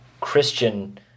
Christian